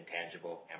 intangible